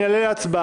אני מעלה להצבעה,